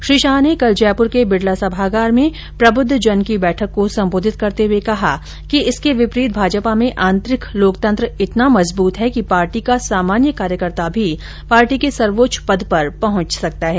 श्री शाह ने कल जयप्र के बिड़ला सभागार में प्रबुद्ध जनों की बैठक को सम्बोधित करते हुये कहा कि इसके विपरीत भाजपा में आतंरिक लोकतंत्र इतना मजबूत है कि पार्टी का सामान्य कार्यकर्ता भी पार्टी के सर्वोच्च पद पर पंहच सकता है